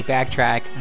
Backtrack